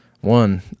One